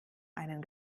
einen